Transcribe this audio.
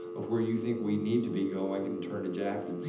of where you think we need to be going, and turn to jackie.